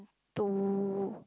to